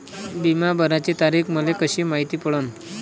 बिमा भराची तारीख मले कशी मायती पडन?